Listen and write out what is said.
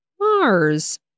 Mars